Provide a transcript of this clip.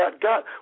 God